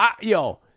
Yo